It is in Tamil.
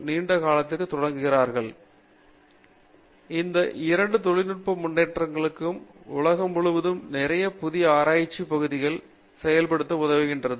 பேராசிரியர் மகேஷ் வி பாஞ்ச்னுலா இந்த இரண்டு தொழில்நுட்ப முன்னேற்றங்கள் உலகம் முழுவதும் நிறைய புதிய ஆராய்ச்சி பகுதிகள் செயல்படுத்த உதவுகிறது